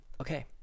Okay